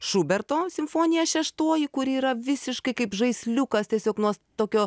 šuberto simfonija šeštoji kuri yra visiškai kaip žaisliukas tiesiog nuo tokio